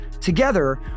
Together